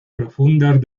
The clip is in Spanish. profundas